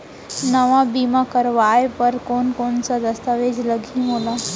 नवा बीमा करवाय बर कोन कोन स दस्तावेज लागही मोला?